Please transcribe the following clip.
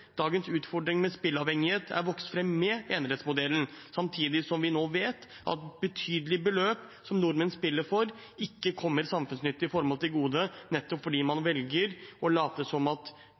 Dagens utfordring med spilleavhengighet har vokst fram med enerettsmodellen, samtidig som vi nå vet at betydelige beløp som nordmenn spiller for, ikke kommer samfunnsnyttige formål til gode, nettopp fordi man velger å late som at